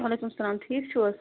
وعلیکُم سلام ٹھیٖک چھُو حظ